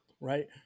right